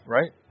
Right